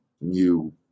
new